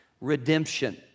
Redemption